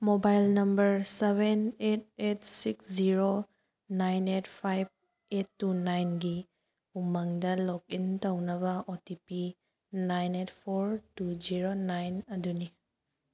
mobile number seven eight eight six zero nine eight five eight two ꯅꯥꯏꯟꯒꯤ ꯎꯃꯪꯗ log in ꯇꯧꯅꯕ O T P nine eight four two zero nine ꯑꯗꯨꯅꯤ